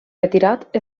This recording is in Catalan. retirat